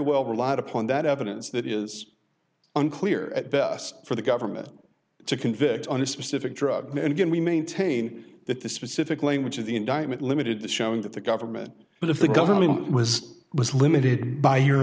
lot upon that evidence that is unclear at best for the government to convict on a specific drug and again we maintain that the specific language of the indictment limited the showing that the government but if the government was was limited by your